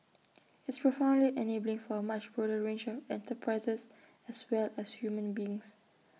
it's profoundly enabling for A much broader range of enterprises as well as human beings